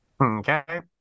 Okay